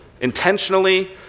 intentionally